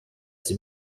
sie